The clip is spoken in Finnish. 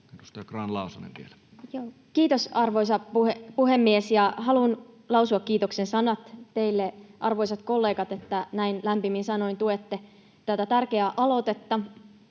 Kiitos, arvoisa puhemies! Haluan lausua kiitoksen sanat teille, arvoisat kollegat, että näin lämpimin sanoin tuette tätä tärkeää aloitetta.